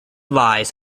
lies